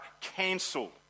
cancelled